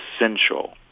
essential